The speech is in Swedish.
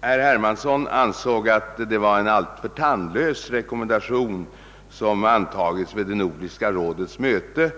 Herr Hermansson ansåg att det var en alltför tandlös rekommendation som antagits vid Nordiska rådets möte.